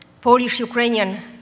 Polish-Ukrainian